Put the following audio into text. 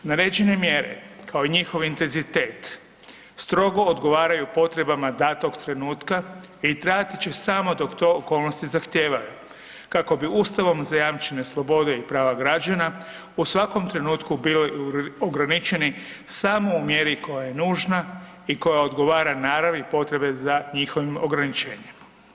Naređene mjere, kao i njihov intenzitet strogo odgovaraju potrebama datog trenutka i trajati će samo dok to okolnosti zahtijevaju kako bi Ustavom zajamčene slobode i prava građana u svakom trenutku bile ograničeni samo u mjeri koja je nužna i koja odgovara naravi i potrebe za njihovim ograničenjem.